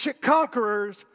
conquerors